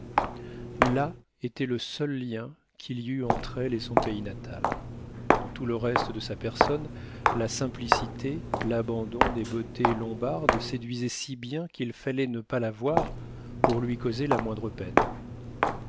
là était le seul lien qu'il y eût entre elle et son pays natal dans tout le reste de sa personne la simplicité l'abandon des beautés lombardes séduisaient si bien qu'il fallait ne pas la voir pour lui causer la moindre peine